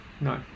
no